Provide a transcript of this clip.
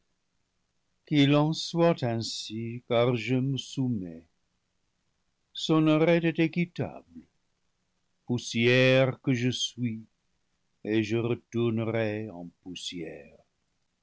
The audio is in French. qu'il en soit ainsi car je me sou mets son arrêt est équitable poussière que je suis et je re tournerai en poussière